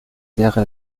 sierra